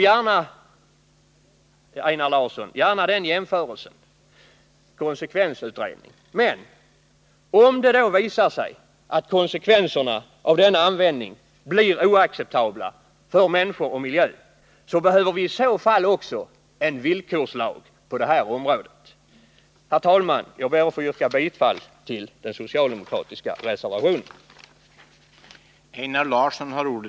Gärna den jämförelsen, Einar Larsson, men om det visar sig att konsekvenserna av denna användning blir oacceptabla för människor och miljö behöver vi också en villkorslag på detta område. Herr talman! Jag ber att få yrka bifall till den socialdemokratiska Nr 33